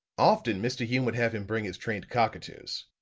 often mr. hume would have him bring his trained cockatoos.